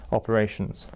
operations